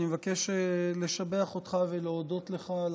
אני מבקש לשבח אותך ולהודות לך על